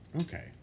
Okay